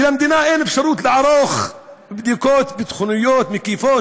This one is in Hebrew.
ולמדינה אין אפשרות לערוך בדיקות ביטחוניות מקיפות